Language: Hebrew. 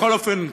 בכל אופן,